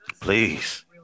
Please